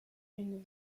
une